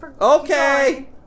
Okay